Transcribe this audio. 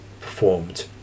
performed